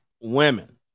women